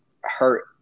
hurt